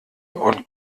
und